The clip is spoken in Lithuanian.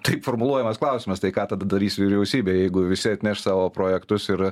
taip formuluojamas klausimas tai ką tada darys vyriausybė jeigu visi atneš savo projektus ir